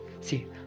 See